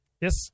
yes